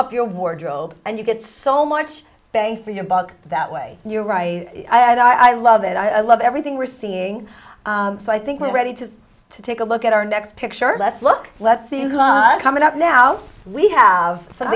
up your wardrobe and you get so much bang for your buck that way you're right and i love it i love everything we're seeing so i think we're ready just to take a look at our next picture let's look let's see coming up now we have some